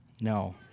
No